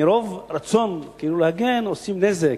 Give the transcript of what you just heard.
מרוב רצון כאילו להגן, עושים נזק.